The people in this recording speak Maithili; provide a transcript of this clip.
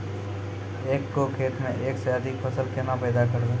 एक गो खेतो मे एक से अधिक फसल केना पैदा करबै?